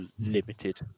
limited